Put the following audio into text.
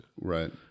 Right